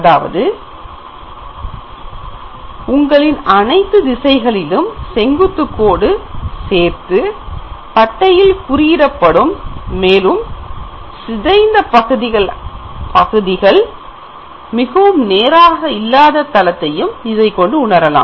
அதாவது உங்களின் அனைத்து திசைகளிலும் செங்குத்துக் கோடு சேர்த்து பட்டையில் குறிப்பிடப்படும் மேலும் நீங்கள் சிதைந்த பகுதிகள் மிகவும் நேராக இல்லாத தளத்தையும் இதனைக் கொண்டு உணரலாம்